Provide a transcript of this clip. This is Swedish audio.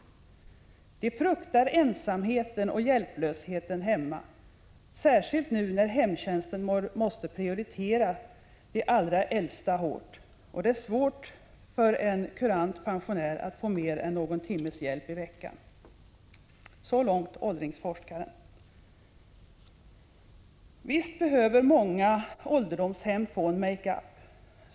De fruktar ensamheten och hjälplösheten hemma, särskilt nu när hemtjänsten måste prioritera de allra äldsta hårt, och det är svårt för en kurant pensionär att få mer än någon timmes hjälp i veckan.” Så långt åldringsforskaren. Visst behöver många ålderdomshem få en make-up.